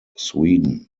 sweden